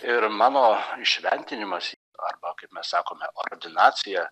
ir mano įšventinimas arba kaip mes sakome ordinacija